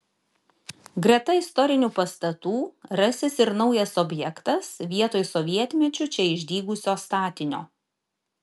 greta istorinių pastatų rasis ir naujas objektas vietoj sovietmečiu čia išdygusio statinio